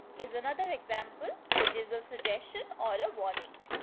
is another example which is a suggestion or a warning.